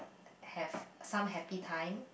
have some happy time